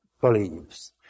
believes